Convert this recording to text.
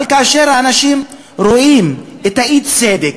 אבל כאשר אנשים רואים את האי-צדק,